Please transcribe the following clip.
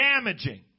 damaging